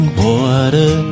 water